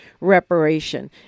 reparation